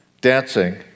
dancing